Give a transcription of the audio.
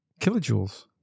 Kilojoules